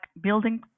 building